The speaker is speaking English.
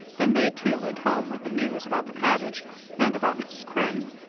then they, too, went home with the news about the cottage and about mrs. crane.